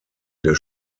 der